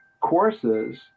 courses